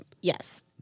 Yes